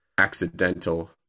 accidental